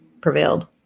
prevailed